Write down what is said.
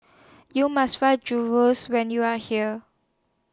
YOU must Try Gyros when YOU Are here